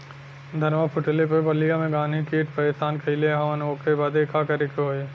धनवा फूटले पर बलिया में गान्ही कीट परेशान कइले हवन ओकरे बदे का करे होई?